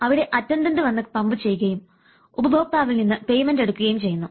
അവിടെ അറ്റന്റന്റ് വന്ന് പമ്പു ചെയ്യുകയും ഉപഭോക്താവിൽ നിന്ന് പെയ്മെൻറ് എടുക്കുകയും ചെയ്യുന്നു